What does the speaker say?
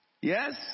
Yes